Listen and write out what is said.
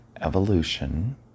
evolution